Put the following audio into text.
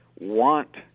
want